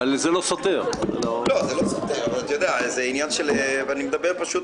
אפשר הצעה לסדר, אדוני היושב-ראש?